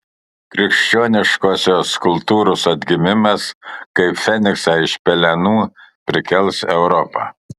krikščioniškosios kultūros atgimimas kaip feniksą iš pelenų prikels europą